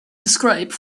describe